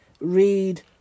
read